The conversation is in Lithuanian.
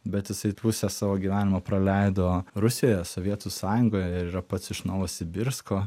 bet jisai pusę savo gyvenimo praleido rusijoje sovietų sąjungoje ir yra pats iš novosibirsko